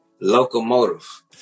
Locomotive